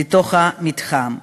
לתוך המתחם.